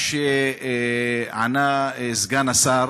מה שענה סגן השר